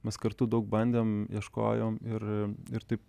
mes kartu daug bandėm ieškojom ir ir taip